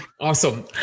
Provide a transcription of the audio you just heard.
awesome